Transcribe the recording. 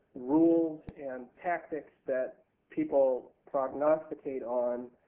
rules and tactics that people prognosticate on.